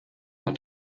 hat